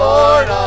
Lord